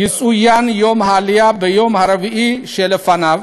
יצוין יום העלייה ביום רביעי שלפניו,